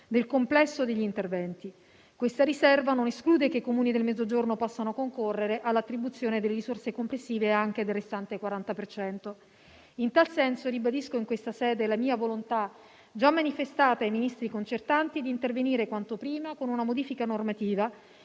del complesso degli interventi. Questa riserva non esclude che i Comuni del Mezzogiorno possano concorrere all'attribuzione delle risorse complessive anche del restante 40 per cento. In tal senso, ribadisco in questa sede la mia volontà, già manifestata ai Ministri concertanti, di intervenire quanto prima con una modifica normativa,